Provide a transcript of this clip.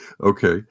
Okay